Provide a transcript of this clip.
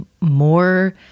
more